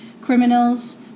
criminals